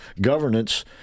governance